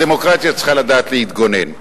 הדמוקרטיה צריכה לדעת להתגונן,